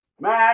Max